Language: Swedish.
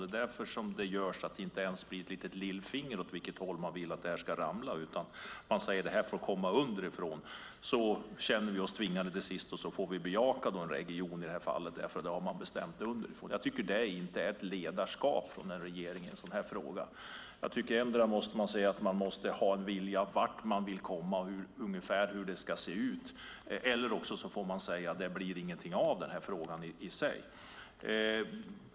Det är det som gör att det inte ens blir ett lillfinger om åt vilket håll man vill att det ska ramla, utan man säger att det här får komma underifrån: Då känner vi oss till sist tvingade, och så får vi bejaka en region därför att man har bestämt det underifrån. Jag tycker inte att det är ledarskap från en regering i en sådan här fråga. Endera måste man säga att man har en vilja i fråga om vart man vill komma och ungefär hur det ska se ut, eller också får man säga att det inte blir någonting av den här frågan.